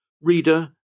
Reader